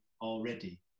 already